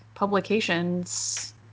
Publications